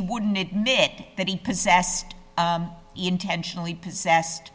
he wouldn't admit that he possessed intentionally possessed